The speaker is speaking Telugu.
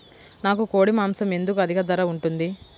నాకు కోడి మాసం ఎందుకు అధిక ధర ఉంటుంది?